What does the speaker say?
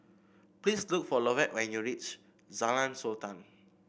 please look for Lovett when you reach Jalan Sultan